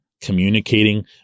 communicating